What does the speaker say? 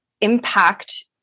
impact